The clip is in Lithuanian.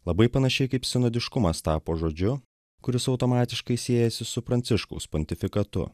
labai panašiai kaip sinodiškumas tapo žodžiu kuris automatiškai siejasi su pranciškaus pontifikatu